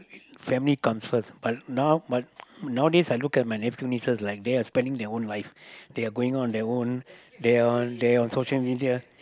family comes first but now but nowadays I look at my nephew nieces like they are spending their own life they are going on their own they on they on social media